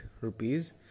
rupees